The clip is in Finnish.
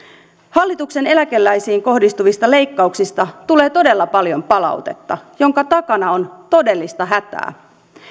hallituksen eläkeläisiin kohdistuvista leikkauksista tulee todella paljon palautetta jonka takana on todellista hätää